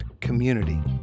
community